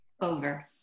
Over